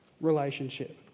relationship